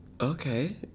Okay